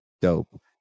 dope